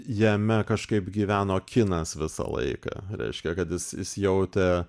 jame kažkaip gyveno kinas visą laiką reiškia kad jis jis jautė